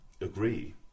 agree